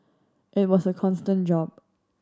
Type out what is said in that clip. it was a constant job